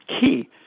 key